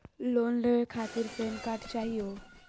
Loan लेवे खातीर PAN card चाहियो?